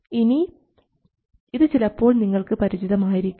ഇനി ഇത് ചിലപ്പോൾ നിങ്ങൾക്ക് പരിചിതമായിരിക്കാം